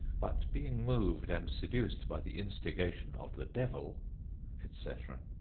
but being moved and seduced by the instigation of the devil etc.